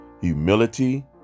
Humility